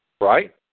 right